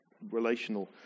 relational